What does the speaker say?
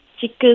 Chicken